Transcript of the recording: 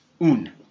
Un